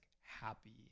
happy